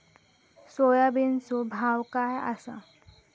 सोयाबीनचो भाव काय आसा?